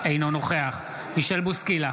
אינו נוכח מישל בוסקילה,